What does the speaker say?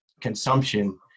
consumption